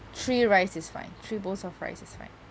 three rice is fine three bowls of rice is fine